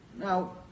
Now